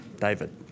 David